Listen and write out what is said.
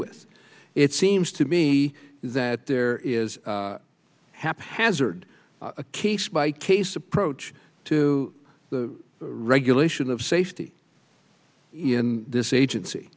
with it seems to me that there is haphazard a case by case approach to the regulation of safety in this agency